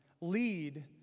lead